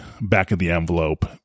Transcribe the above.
back-of-the-envelope